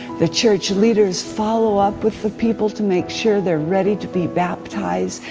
the church leaders follow up with the people to make sure they're ready to be baptized.